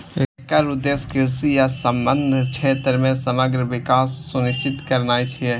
एकर उद्देश्य कृषि आ संबद्ध क्षेत्र मे समग्र विकास सुनिश्चित करनाय छियै